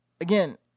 Again